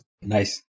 Nice